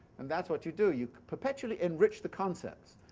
and that's what you do. you perpetually enrich the concepts.